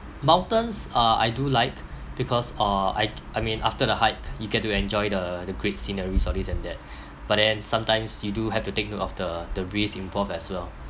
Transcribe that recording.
mountains uh I do like because uh I I mean after the hike you get to enjoy the the great sceneries all this and that but then sometimes you do have to take note of the the risks involved as well